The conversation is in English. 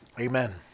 Amen